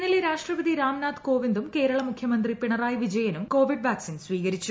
ഇന്നലെ രാഷ്ട്രപതി രാംനാഥ് കോവിന്ദും കേരള മുഖ്യമന്ത്രി പിണറായി വിജയനും കോവിഡ് വാക് സിൻ സ്വീകരിച്ചു